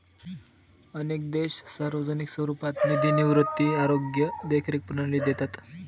अनेक देश सार्वजनिक स्वरूपात निधी निवृत्ती, आरोग्य देखरेख प्रणाली देतात